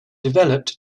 developed